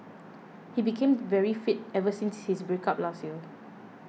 he became very fit ever since his break up last year